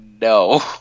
no